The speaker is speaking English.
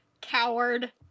Coward